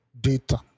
data